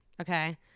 okay